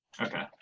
Okay